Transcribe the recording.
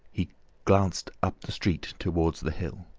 he glanced up the street towards the hill.